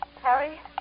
Harry